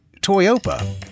Toyopa